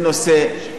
אני לא יודע,